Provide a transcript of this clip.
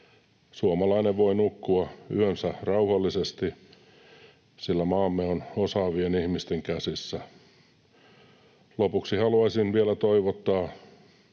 Suomalainen voi nukkua yönsä rauhallisesti, sillä maamme on osaavien ihmisten käsissä. Lopuksi haluaisin vielä toivottaa